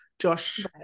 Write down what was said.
Josh